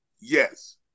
Yes